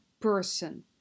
person